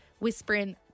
whispering